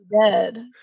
Dead